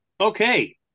Okay